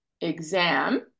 exam